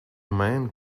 man